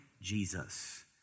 Jesus